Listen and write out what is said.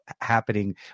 happening